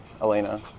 Elena